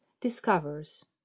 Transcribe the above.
discovers